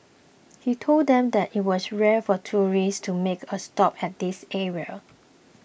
he told them that it was rare for tourists to make a stop at this area